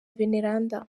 veneranda